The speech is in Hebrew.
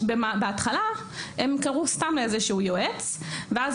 בהתחלה הם קראו סתם לאיזשהו יועץ ואז